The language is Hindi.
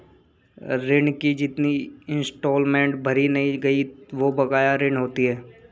ऋण की जितनी इंस्टॉलमेंट भरी नहीं गयी वो बकाया ऋण होती है